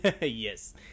Yes